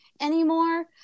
anymore